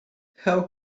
how